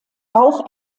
auch